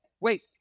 Wait